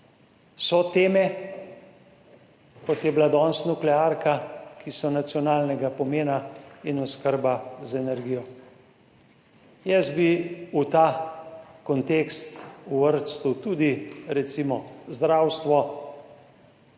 So teme, kot je bila danes nuklearka, ki so nacionalnega pomena in oskrba z energijo. Jaz bi v ta kontekst uvrstil tudi recimo zdravstvo.